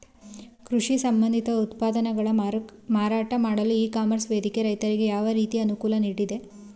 ಕೃಷಿ ಸಂಬಂಧಿತ ಉತ್ಪನ್ನಗಳ ಮಾರಾಟ ಮಾಡಲು ಇ ಕಾಮರ್ಸ್ ವೇದಿಕೆ ರೈತರಿಗೆ ಯಾವ ರೀತಿ ಅನುಕೂಲ ನೀಡಿದೆ?